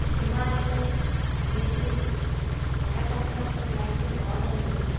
Himalayan natives ఎర్ర కందిపప్పు packing బాగోలేదు